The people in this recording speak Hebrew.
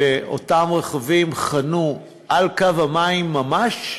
שאותם רכבים חנו על קו המים ממש,